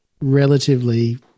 relatively